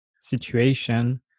situation